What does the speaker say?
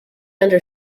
under